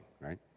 right